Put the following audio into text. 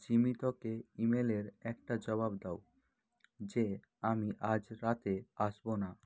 জিমিতকে ইমেলের একটা জবাব দাও যে আমি আজ রাতে আসব না